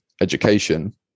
education